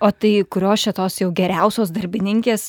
o tai kurios čia tos jau geriausios darbininkės